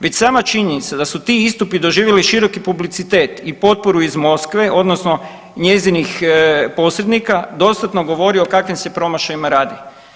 Već sama činjenica da su ti istupi doživjeli široku publicitet i potporu iz Moskve odnosno njezinih posrednika, dostatno govori o kakvih se promašajima radi.